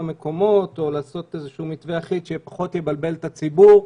מקומות או לעשות איזה שהוא מתווה אחיד שפחות יבלבל את הציבור,